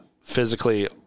physically